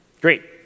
Great